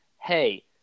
hey